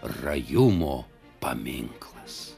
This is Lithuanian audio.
rajumo paminklas